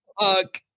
fuck